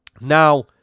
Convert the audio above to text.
Now